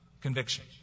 conviction